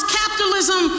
capitalism